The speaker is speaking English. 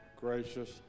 gracious